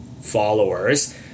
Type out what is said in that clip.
followers